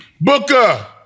Booker